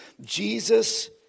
Jesus